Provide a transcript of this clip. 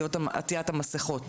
ולעטיית המסכות,